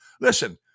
Listen